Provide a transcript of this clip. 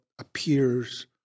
appears